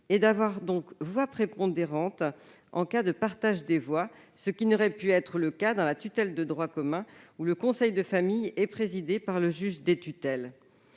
et d'avoir voix prépondérante en cas de partage des voix, ce qui n'aurait pu être le cas dans la tutelle de droit commun, où le conseil de famille est présidé par le juge des tutelles.